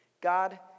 God